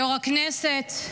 יו"ר הכנסת,